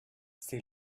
c’est